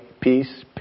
peace